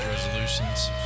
Resolutions